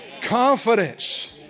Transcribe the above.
confidence